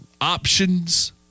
options